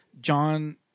John